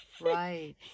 right